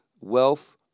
wealth